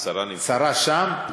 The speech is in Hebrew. השרה שם.